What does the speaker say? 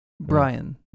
Brian